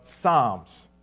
Psalms